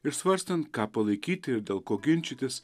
ir svarstant ką palaikyti ir dėl ko ginčytis